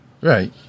right